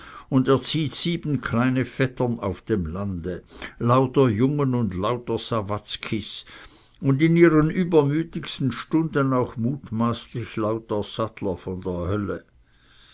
und erzieht sieben kleine vettern auf dem lande lauter jungen und lauter sawatzkis und in ihren übermütigsten stunden auch mutmaßlich lauter sattler von der hölle